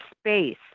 space